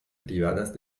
privadas